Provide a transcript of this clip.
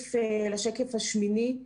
לשקף השמיני: